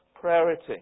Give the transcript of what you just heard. Priority